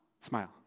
smile